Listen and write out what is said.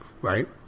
Right